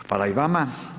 Hvala i vama.